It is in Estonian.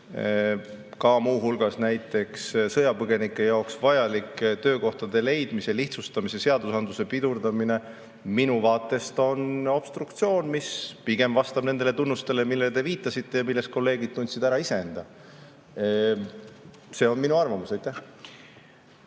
muu hulgas näiteks sõjapõgenike jaoks vajalike töökohtade leidmise lihtsustamise seadusandluse pidurdamine on obstruktsioon, mis pigem vastab nendele tunnustele, millele te viitasite ja milles kolleegid tundsid ära iseenda. See on minu arvamus. Kui ma